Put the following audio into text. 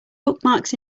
bookmarks